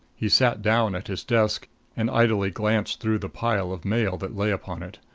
he sat down at his desk and idly glanced through the pile of mail that lay upon it.